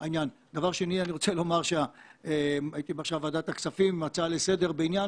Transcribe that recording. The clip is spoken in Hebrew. דבר שני אני רוצה לומר שהייתי עכשיו בוועדת הכספים בהצעה לסדר בעניין